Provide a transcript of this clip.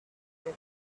your